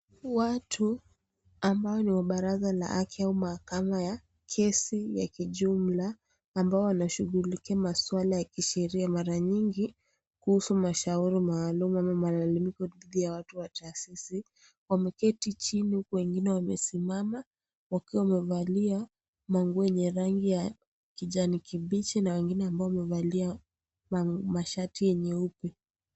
Watu ambao ni wa baraza la haki ya umma kama ya kesi ya kijumla, ambao wanashughulikia maswala ya kisheria mara nyingi, kuhusu mashauri maalum ama malalamuko dhidhi ya watu wa taasisi wameketi chini huku wengine wamesimama, wakiwa wamevalia maguo yenye rangi ya kijani kibichi na wengine ambao wamevalia mashati nyeupe.